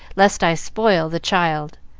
lest i spoil the child.